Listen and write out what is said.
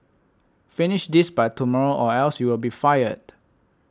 finish this by tomorrow or else you'll be fired